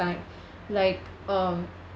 bank like um